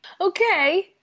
Okay